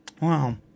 Wow